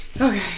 Okay